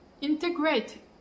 integrate